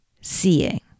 seeing